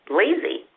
lazy